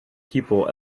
people